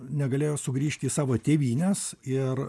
negalėjo sugrįžti į savo tėvynes ir